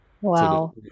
Wow